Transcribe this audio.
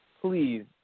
please